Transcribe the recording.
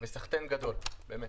סחתיין גדול, באמת.